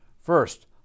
First